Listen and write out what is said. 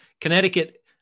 connecticut